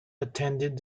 attended